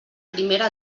primera